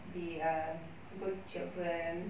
be a good children